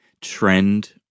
trend